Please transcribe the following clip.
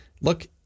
Look